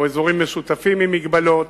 או אזורים משותפים עם מגבלות